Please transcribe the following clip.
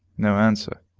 no answer,